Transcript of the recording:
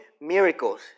miracles